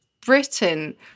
Britain